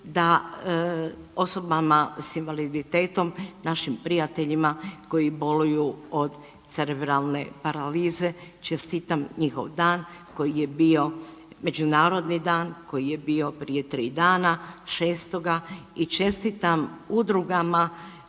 da osobama s invaliditetom, našim prijateljima koji boluju od cerebralne paralize, čestitam njihov dan koji je bio međunarodni dan, koji je bio prije 3 dana, 6-oga i čestitam udrugama